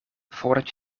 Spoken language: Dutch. voordat